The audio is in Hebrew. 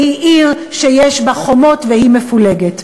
היא עיר שיש בה חומות והיא מפולגת.